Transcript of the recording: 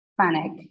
panic